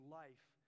life